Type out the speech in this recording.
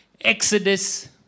Exodus